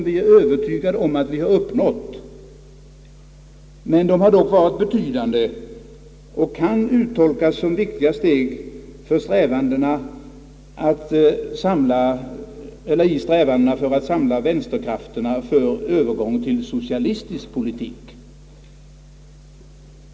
vi är övertygade om att vi uppnått, men de har dock varit betydande och kan uttolkas som viktiga steg i strävandena att samla vänsterkrafterna för Öövergång till socialistisk politik.